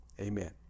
Amen